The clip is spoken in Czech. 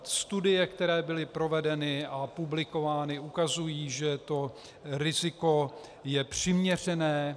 Studie, které byly provedeny a publikovány, ukazují, že to riziko je přiměřené.